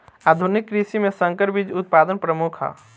आधुनिक कृषि में संकर बीज उत्पादन प्रमुख ह